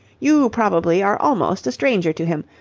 you probably are almost a stranger to him,